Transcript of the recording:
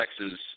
Texas